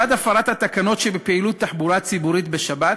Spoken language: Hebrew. מלבד הפרת התקנות שבפעילות תחבורה ציבורית בשבת,